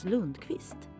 Lundqvist